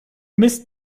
mist